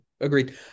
Agreed